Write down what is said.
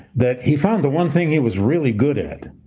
that he found the one thing he was really good at,